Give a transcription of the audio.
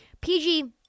PG